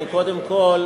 קודם כול,